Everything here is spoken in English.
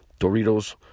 Doritos